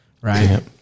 right